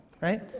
right